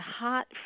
hot